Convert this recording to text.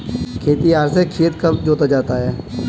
खेतिहर से खेत कब जोता जाता है?